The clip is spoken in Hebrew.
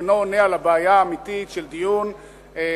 הוא אינו עונה על הבעיה האמיתית של דיון ציבורי